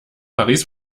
paris